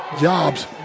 jobs